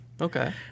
Okay